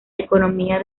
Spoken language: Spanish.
economía